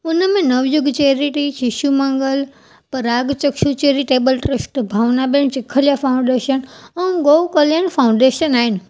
उन में Navyug charity Shishu Mangal Parag Chakshu charitable trust Bhavna ben Chikhliya foundation ऐं ॻऊ कल्याण फाऊंडेशन आहिनि